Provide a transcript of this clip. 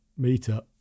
meetup